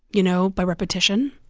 you know, by repetition.